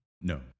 No